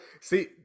see